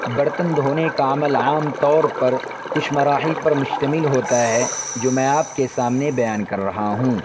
برتن دھونے کا عمل عام طور پر کچھ مراحل پر مشتمل ہوتا ہے جو میں آپ کے سامنے بیان کر رہا ہوں